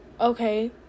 okay